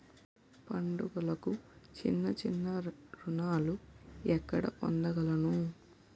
పండుగలకు చిన్న చిన్న రుణాలు ఎక్కడ పొందగలను?